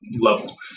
level